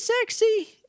sexy